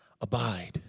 abide